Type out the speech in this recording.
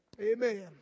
Amen